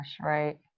Right